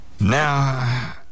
Now